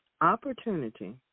opportunity